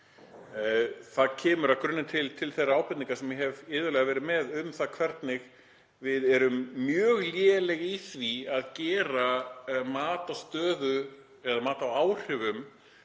Það kemur að grunni til til þeirra ábendinga sem ég hef iðulega verið með um það hvernig við erum mjög léleg í því að gera mat á áhrifum